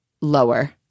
Lower